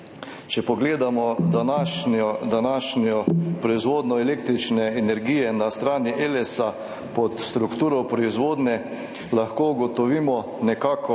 Če pogledamo današnjo proizvodnjo električne energije na strani Elesa pod strukturo proizvodnje, lahko nekako